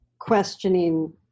questioning